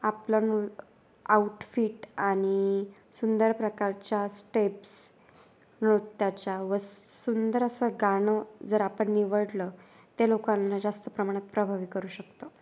आपलं नृ आऊटफिट आणि सुंदर प्रकारच्या स्टेप्स नृत्याच्या व सुंदर असं गाणं जर आपण निवडलं ते लोकांना जास्त प्रमाणात प्रभावी करू शकतो